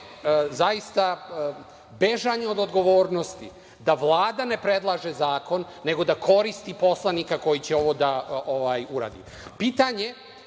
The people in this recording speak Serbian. zaista, bežanje od odgovornosti da Vlada ne predlaže zakon, nego da koristi poslanika koji će ovo da uradi. Pitanje